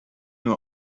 nur